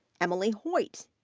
emily hoyt,